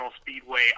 Speedway